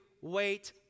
wait